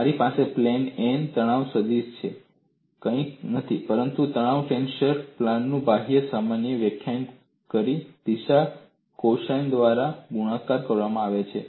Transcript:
મારી પાસે plane n પર તણાવ સદીશ છે કંઇ નહીં પરંતુ તણાવ ટેન્સર પ્લેનનું બાહ્ય સામાન્ય વ્યાખ્યાયિત કરતી દિશા કોસાઇન્સ દ્વારા ગુણાકાર કરવામાં આવે છે